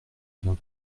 vient